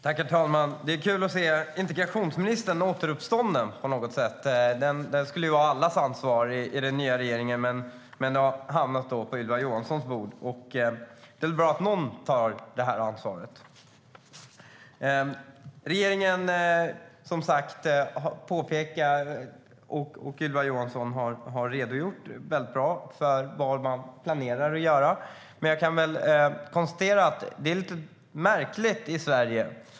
Herr talman! Det är kul att se att integrationsministern verkar vara återuppstånden. Integrationen skulle ju vara allas ansvar i den nya regeringen, men den tycks ha hamnat på Ylva Johanssons bord. Det är bra att någon tar detta ansvar, och Ylva Johansson redogör mycket bra för vad regeringen planerar att göra. Det är lite märkligt i Sverige.